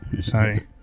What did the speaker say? Sorry